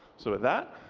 so with that,